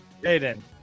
Hayden